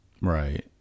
Right